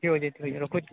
ଠିକ୍ ଅଛେ ଠିକ୍ ଅଛେ ରଖୁଛି